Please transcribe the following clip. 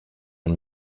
and